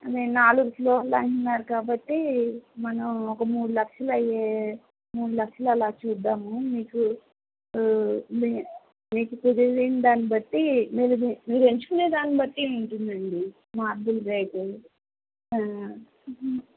అదే నాలుగు ఫ్లోర్లు అంటున్నారు కాబట్టి మనం ఒక మూడు లక్షలు అయ్యే మూడు లక్షలు అలా చూద్దాము మీకు మీకు కుదిరిన దానిని బట్టి మీరు ఎంచుకునే దానిని బట్టి ఉంటుందండి మార్బుల్ రేటు